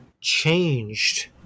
changed